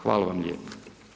Hvala vam lijepa.